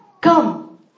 come